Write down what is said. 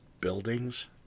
buildings